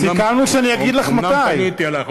אומנם פניתי אלייך,